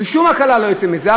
שום הקלה לא תצא מזה.